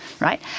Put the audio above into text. right